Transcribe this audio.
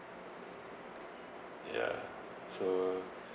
ya so